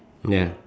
ya